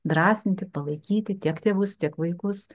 drąsinti palaikyti tiek tėvus tiek vaikus